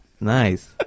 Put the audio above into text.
Nice